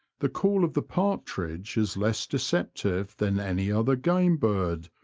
the call of the partridge is less deceptive than any other game bird,